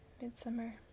Midsummer